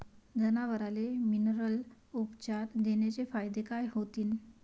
जनावराले मिनरल उपचार देण्याचे फायदे काय होतीन?